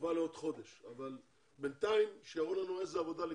נקבע דיון לעוד חודש אבל שבינתיים יראו לנו איזה עבודה הם